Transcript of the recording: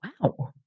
Wow